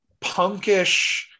punkish